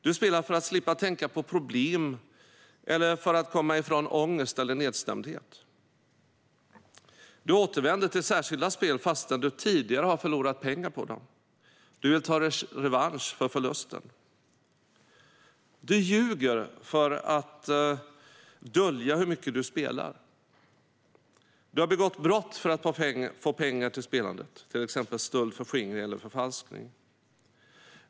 Du spelar för att slippa tänka på problem eller för att komma ifrån ångest eller nedstämdhet. Du återvänder till särskilda spel fastän du tidigare har förlorat pengar på dem. Du vill ta revansch för förlusten. Du ljuger för att dölja hur mycket du spelar. Du har begått brott för att få pengar till spelandet .